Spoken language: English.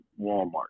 Walmart